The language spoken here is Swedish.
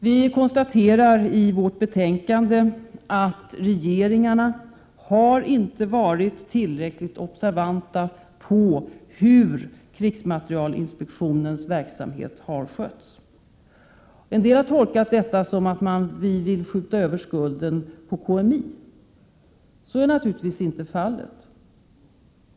Vi konstaterar i betänkandet att regeringarna inte har varit tillräckligt observanta på hur krigsmaterielinspektionens verksamhet har skötts. En del har tolkat detta som att vi vill skjuta över skulden på KMI. Så är naturligtvis inte fallet.